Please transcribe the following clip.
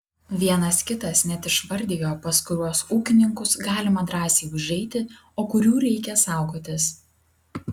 vienas kitas net išvardijo pas kuriuos ūkininkus galima drąsiai užeiti o kurių reikia saugotis